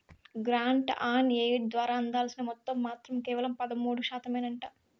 grant in aid ద్వారా అందాల్సిన మొత్తం మాత్రం కేవలం పదమూడు శాతమేనంట